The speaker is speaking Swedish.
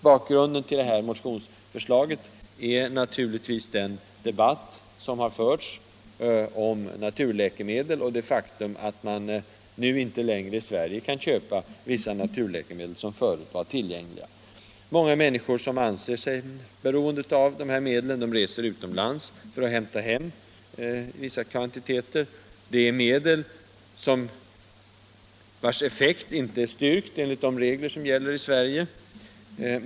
Bakgrunden till förslaget i den här motionen är naturligtvis den debatt som har förts om naturläkemedel och det faktum att det i Sverige inte längre går att köpa vissa naturläkemedel som förut var tillgängliga. Många människor som anser sig vara beroende av de här medlen reser utomlands för att hämta hem vissa kvantiteter. Det gäller medel vars effekter inte är styrkta enligt de regler som finns i Sverige.